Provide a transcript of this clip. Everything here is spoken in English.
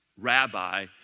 rabbi